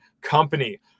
Company